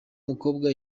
mukobwa